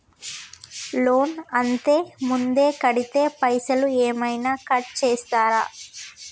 Loan అత్తే ముందే కడితే పైసలు ఏమైనా కట్ చేస్తరా?